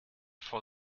for